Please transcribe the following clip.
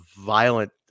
violent